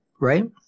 right